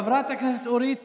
תודה לחבר הכנסת אוריאל